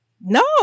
No